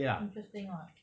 interesting [what]